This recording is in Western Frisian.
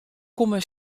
komme